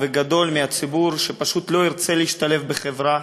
וגדול מהציבור שפשוט לא ירצה להשתלב בחברה